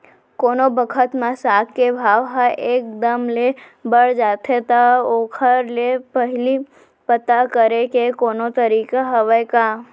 कोनो बखत म साग के भाव ह एक दम ले बढ़ जाथे त ओखर ले पहिली पता करे के कोनो तरीका हवय का?